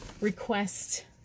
request